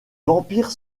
vampires